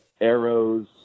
arrows